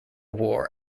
war